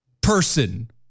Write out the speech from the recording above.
Person